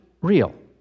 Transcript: real